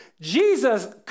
Jesus